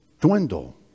dwindle